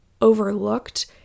overlooked